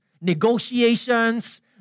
Negotiations